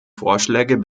vorschläge